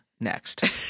Next